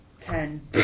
Ten